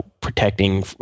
protecting